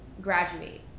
graduate